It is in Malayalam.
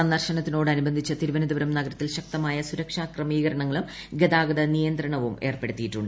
സന്ദർശനത്തോടനുബന്ധിച്ച് തിരുവനന്തപൂരം നഗരത്തിൽ ശക്തമായ സുരക്ഷാ ക്രമീകരണങ്ങളും ശ്യാ്ഗത നിയന്ത്രണവും ഏർപ്പെടുത്തിയിട്ടുണ്ട്